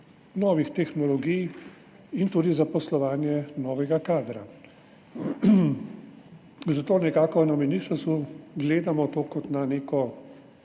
novih tehnologij in tudi zaposlovanje novega kadra. Zato nekako na ministrstvu gledamo to kot na nek